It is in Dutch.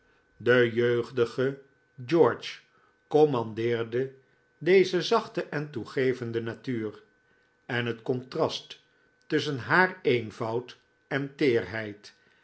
de jeugdige george commandeerde deze zachte en toegevende natuur en het contrast tusschen haar eenvoud en teerheid